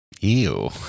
Ew